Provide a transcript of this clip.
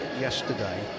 Yesterday